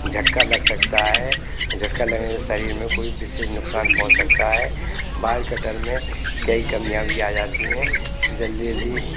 झटका लग सकता है और झटका लगने से शरीर में कोई विशेष नुकसान पहुंच सकता है बार कटर में कई कमियाँ भी आ जाती हैं जल्दी जल्दी